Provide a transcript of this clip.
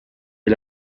est